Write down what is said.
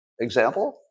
Example